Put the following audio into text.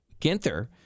Ginther